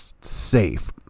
safe